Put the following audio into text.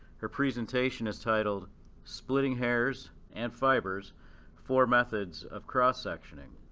her presentation is titled splitting hairs and fibers four methods of cross-sectioning.